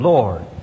Lord